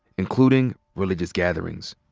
including religious gatherings.